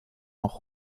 noch